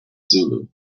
zulu